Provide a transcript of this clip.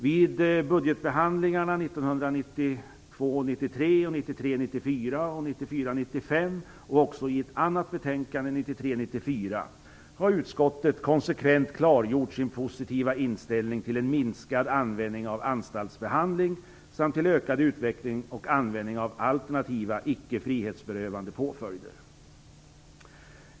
Vid budgetbehandlingarna 1992 94 och 1993/94, har utskottet konsekvent klargjort sin positiva inställning till en minskad användning av anstaltsbehandling samt till ökad utveckling och användning av alternativa, icke frihetsberövande påföljder.